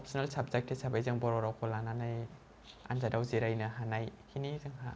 अपसनेल subject हिसाबै जों बर' रावखौ लानानै आनजादाव जिरायनो हानायखिनि